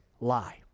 lie